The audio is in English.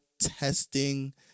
testing